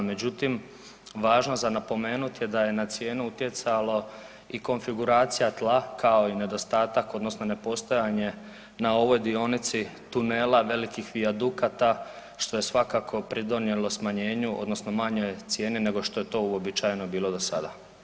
Međutim, važno za napomenuti je da je na cijenu utjecala i konfiguracija tla kao i nedostatak odnosno nepostojanje na ovoj dionici tunela, velikih vijadukata što je svakako pridonijelo smanjenju odnosno manjoj cijeni, nego što je to uobičajeno bilo do sada.